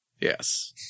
Yes